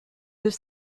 deux